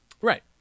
right